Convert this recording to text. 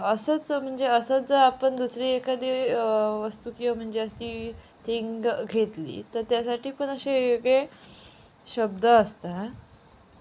असंच म्हणजे असंच आपण दुसरी एखादी वस्तू किवा म्हणजे अशी थिंग घेतली तर त्यासाठी पण असे वेगळे शब्द असतात